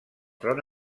tron